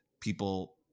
people –